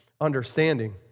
understanding